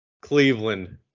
Cleveland